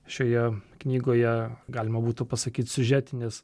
šioje knygoje galima būtų pasakyti siužetinės